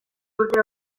urte